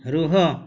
ରୁହ